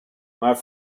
maar